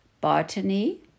botany